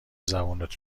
زبونت